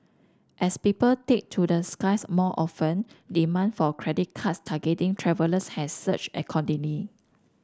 as people take to the skies more often demand for credit cards targeting travellers has surged accordingly